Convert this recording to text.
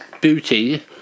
booty